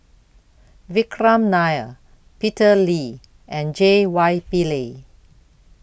Vikram Nair Peter Lee and J Y Pillay